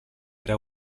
era